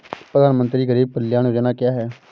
प्रधानमंत्री गरीब कल्याण योजना क्या है?